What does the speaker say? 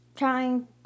Trying